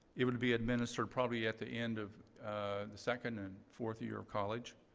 it would be administered probably at the end of the second and fourth year of college.